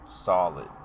solid